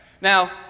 Now